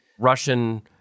Russian